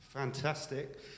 fantastic